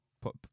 put